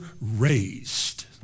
raised